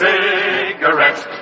Cigarettes